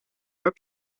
where